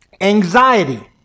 Anxiety